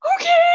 okay